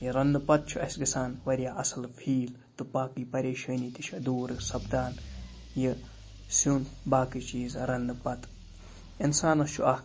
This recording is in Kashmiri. یہِ رَننہٕ پَتہٕ چھُ اسہِ گَژھان واریاہ اصٕل فیٖل تہٕ باقٕے پریشٲنی تہِ چھِ دوٗر سَپدان یہِ سیُن باقٕے چیٖز رَننہٕ پَتہٕ اِنسانَس چھُ اَکھ